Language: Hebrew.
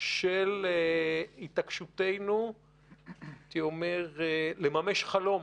של התעקשותנו לממש חלום